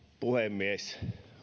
puhemies